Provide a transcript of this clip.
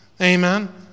Amen